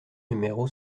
numéro